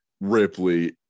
ripley